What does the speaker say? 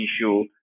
issue